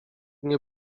nie